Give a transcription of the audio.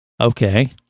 Okay